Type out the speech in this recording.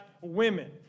women